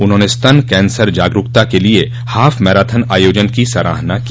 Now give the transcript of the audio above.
उन्होंने स्तन कैंसर जागरूकता के लिय हाफ मैराथन आयोजन की सराहना की